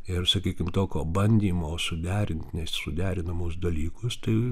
ir sakykim tokio bandymo suderint nesuderinamus dalykus tai